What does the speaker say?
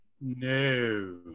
No